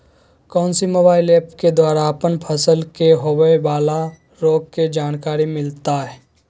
कौन सी mobile app के द्वारा अपन फसल के होबे बाला रोग के जानकारी मिलताय?